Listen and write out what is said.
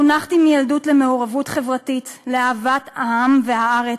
חונכתי מילדות למעורבות חברתית, לאהבת העם והארץ,